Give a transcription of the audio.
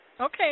okay